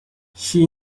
she